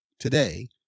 today